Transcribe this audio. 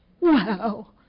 wow